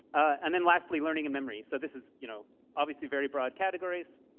and then lastly, learning and memory. so this is you know obviously very broad categories.